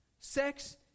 Sex